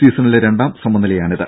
സീസണിലെ രണ്ടാം സമനിലയാണിത്